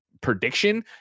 prediction